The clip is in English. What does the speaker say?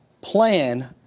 plan